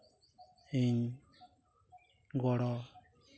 ᱤᱧ ᱜᱚᱲᱚ